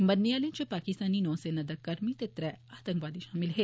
मरने आलें इच पाकिस्तानी नौसेना दा कर्मी ते त्रै आतंकवादी शामल न